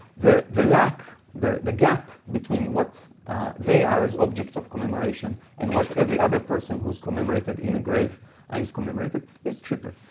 the the lack, the the gap between what they are as objects of commemoration, and what every other person who is commemorated in a grave is commemorated, is triggered.